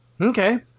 Okay